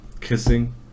kissing